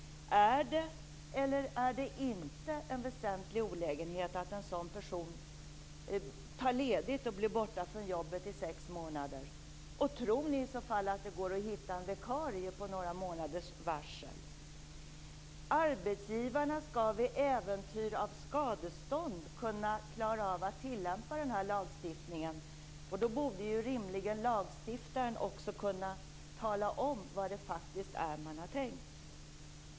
Är det eller är det inte en väsentlig olägenhet att en sådan person tar ledigt och blir borta från jobbet i sex månader? Tror ni att det i så fall går att hitta någon vikarie med några månaders varsel? Arbetsgivarna skall vid äventyr av skadestånd kunna klara av att tillämpa den här lagstiftningen. Då borde lagstiftaren rimligen också kunna tala om vad man faktiskt har tänkt.